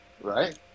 right